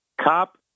cop